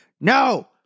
No